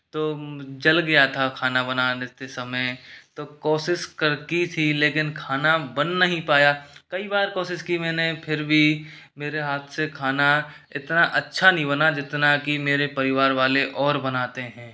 तो जल गया था खाना बनाने समय तो कोशिश कर की थी लेकिन खाना बन नहीं पाया कई बार कोशिश की मैंने फिर भी मेरे हाथ से खाना इतना अच्छा नहीं बना जितना कि मेरे परिवार वाले और बनाते हैं